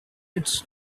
its